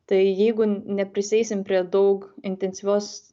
tai jeigu neprieisim prie daug intensyvios